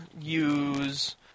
use